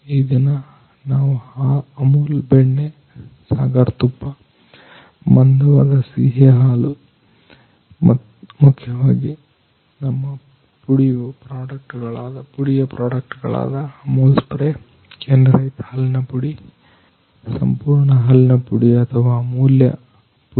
ಈ ದಿನ ನಾವು ಅಮೂಲ್ ಬೆಣ್ಣೆ ಸಾಗರ್ ತುಪ್ಪ ಮಂದವಾದ ಸಿಹಿ ಹಾಲು ಮುಖ್ಯವಾಗಿ ನಮ್ಮ ಪುಡಿಯ ಪ್ರಾಡಕ್ಟ್ ಗಳಾದ ಅಮೂಲ್ ಸ್ಪ್ರೇ ಕೆನೆರಹಿತ ಹಾಲಿನ ಪುಡಿ ಸಂಪೂರ್ಣ ಹಾಲಿನಪುಡಿ ಅಥವಾ ಅಮೂಲ್ಯ ಪುಡಿ